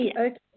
Okay